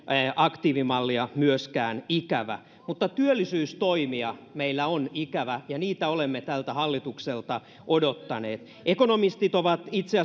aktiivimallia myöskään ikävä mutta työllisyystoimia meillä on ikävä ja niitä olemme tältä hallitukselta odottaneet ekonomistit ovat itse